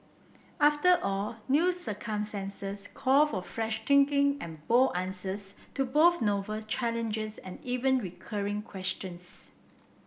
after all new circumstances call for fresh thinking and bold answers to both novel challenges and even recurring questions